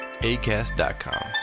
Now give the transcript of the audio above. ACAST.com